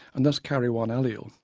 and thus carry one allele,